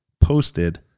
posted